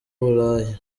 burayi